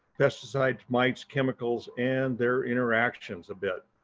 pesticide, mites, chemicals and their interactions, a bit.